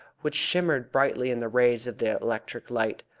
which shimmered brightly in the rays of the electric light.